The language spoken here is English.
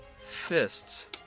Fists